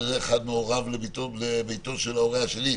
אחד לביתו של ההורה השני,